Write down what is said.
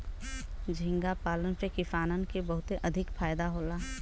झींगा पालन से किसानन के बहुते अधिका फायदा होला